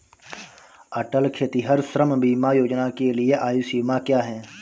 अटल खेतिहर श्रम बीमा योजना के लिए आयु सीमा क्या है?